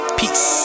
peace